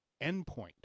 endpoint